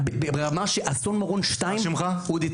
במובן שאסון מירון 2 היה יכול לקרות.